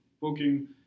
booking